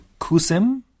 Kusim